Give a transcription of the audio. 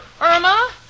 Irma